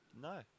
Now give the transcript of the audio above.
No